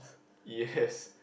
yes